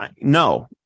no